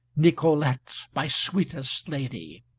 nicolete, my sweetest lady.